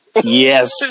Yes